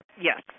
Yes